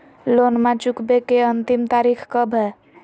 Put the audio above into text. लोनमा चुकबे के अंतिम तारीख कब हय?